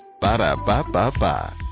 ba-da-ba-ba-ba